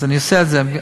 אז אני עושה את זה.